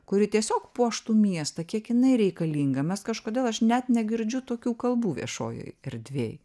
kuri tiesiog puoštų miestą kiek jinai reikalinga mes kažkodėl aš net negirdžiu tokių kalbų viešojoj erdvėj